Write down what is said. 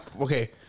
Okay